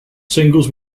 singles